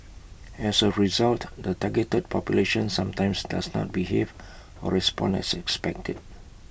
as A result the targeted population sometimes does not behave or respond as expected